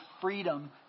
freedom